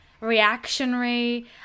reactionary